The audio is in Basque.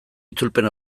itzulpen